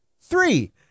Three